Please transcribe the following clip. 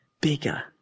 bigger